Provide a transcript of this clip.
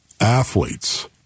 athletes